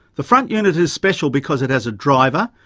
the front unit is special because it has a driver,